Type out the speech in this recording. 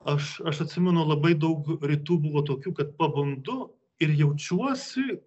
aš aš atsimenu labai daug rytų buvo tokių kad pabundu ir jaučiuosi